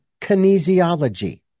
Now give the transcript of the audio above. kinesiology